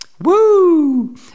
Woo